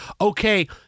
okay